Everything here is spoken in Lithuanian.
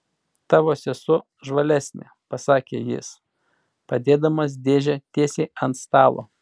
tavo sesuo žvalesnė pasakė jis padėdamas dėžę tiesiai ant stalo